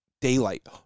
Daylight